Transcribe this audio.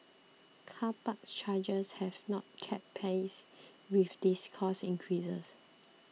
car park charges have not kept pace with these cost increases